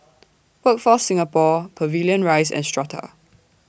Workforce Singapore Pavilion Rise and Strata